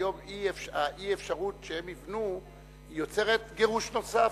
והיום חוסר האפשרות שהם יבנו יוצר גירוש נוסף,